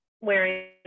wearing